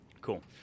Cool